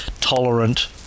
tolerant